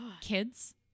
kids